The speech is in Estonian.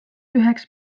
üheks